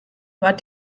war